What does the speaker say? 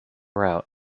route